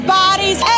bodies